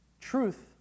truth